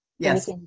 yes